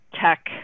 tech